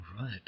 Right